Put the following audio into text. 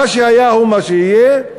מה שהיה הוא שיהיה,